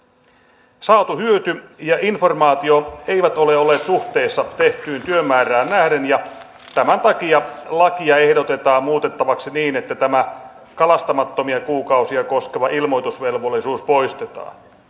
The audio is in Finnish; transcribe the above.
saatu hyöty ja informaatio eivät ole olleet suhteessa tehtyyn työmäärään nähden ja tämän takia lakia ehdotetaan muutettavaksi niin että tämä kalastamattomia kuukausia koskeva ilmoitusvelvollisuus poistetaan